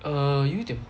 err 有一点